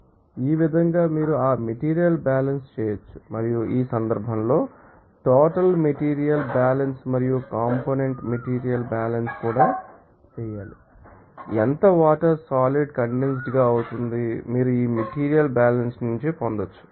కాబట్టి ఈ విధంగా మీరు ఆ మెటీరియల్ బ్యాలెన్స్ చేయవచ్చు మరియు ఈ సందర్భంలో టోటల్ మెటీరియల్ బ్యాలెన్స్ మరియు కాంపోనెంట్ మెటీరియల్ బ్యాలెన్స్ కూడా చేయాలి మరియు ఎంత వాటర్ సాలిడ్ కండెన్సెడ్గావుతుంది మీరు ఈ మెటీరియల్ బ్యాలెన్స్ నుండి పొందవచ్చు